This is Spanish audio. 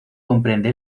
comprende